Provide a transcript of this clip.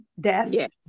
death